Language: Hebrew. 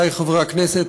עמיתי חברי הכנסת,